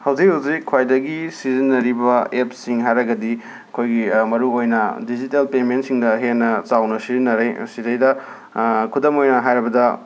ꯍꯧꯖꯤꯛ ꯍꯧꯖꯤꯛ ꯈ꯭ꯋꯥꯏꯗꯒꯤ ꯁꯤꯖꯤꯟꯅꯔꯤꯕ ꯑꯦꯞꯁꯤꯡ ꯍꯥꯏꯔꯒꯗꯤ ꯑꯩꯈꯣꯏꯒꯤ ꯃꯔꯨꯑꯣꯏꯅ ꯗꯤꯖꯤꯇꯦꯜ ꯄꯦꯃꯦꯟꯁꯤꯡꯗ ꯍꯦꯟꯅ ꯆꯥꯎꯅ ꯁꯤꯖꯤꯟꯅꯔꯤ ꯁꯤꯗꯩꯗ ꯈꯨꯗꯝ ꯑꯣꯏꯅ ꯍꯥꯏꯔꯕꯗ